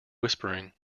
whispering